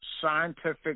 scientific